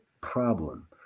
problem